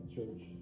Church